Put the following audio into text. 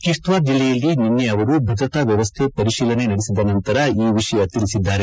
ಕಿಶ್ವಾರ್ ಜಿಲ್ಲೆಯಲ್ಲಿ ನಿನ್ನೆ ಅವರು ಭದ್ರತಾ ವ್ಯವಸ್ಡೆ ಪರಿಶೀಲನೆ ನಡೆಸಿದ ನಂತರ ಈ ವಿಷಯವನ್ನು ತಿಳಿಸಿದ್ದಾರೆ